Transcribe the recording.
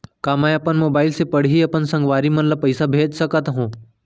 का मैं अपन मोबाइल से पड़ही अपन संगवारी मन ल पइसा भेज सकत हो?